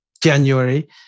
January